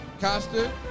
Costa